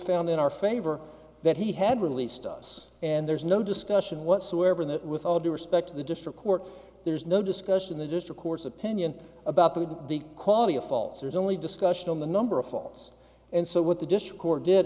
found in our favor that he had released us and there's no discussion whatsoever that with all due respect to the district court there's no discussion there just of course opinion about the quality of faults there's only discussion on the number of faults and so what the di